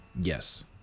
Yes